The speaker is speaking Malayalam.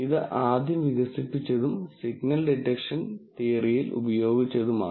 ഇത് ആദ്യം വികസിപ്പിച്ചതും സിഗ്നൽ ഡിറ്റക്ഷൻ തിയറിയിൽ ഉപയോഗിച്ചതുമാണ്